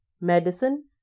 medicine